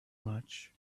much